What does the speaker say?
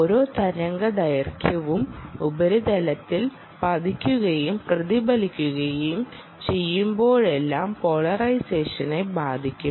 ഓരോ തരംഗദൈർഘ്യവും ഉപരിതലത്തിൽ പതിക്കുകയും പ്രതിഫലിക്കുകയും ചെയ്യുമ്പോഴെല്ലാം പോളറൈസേഷനെ ബാധിക്കാം